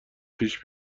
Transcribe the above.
پیش